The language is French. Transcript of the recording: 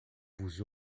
vous